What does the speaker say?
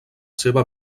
seva